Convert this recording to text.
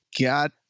got